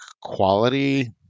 quality